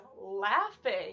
laughing